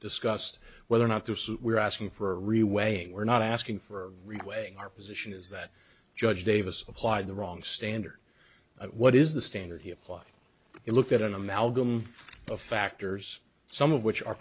discussed whether or not they were asking for a real weighing we're not asking for way our position is that judge davis of applied the wrong standard what is the standard he applied it looked at an amalgam of factors some of which are